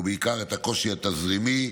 ובעיקר את הקושי התזרימי.